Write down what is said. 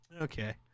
okay